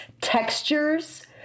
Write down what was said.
textures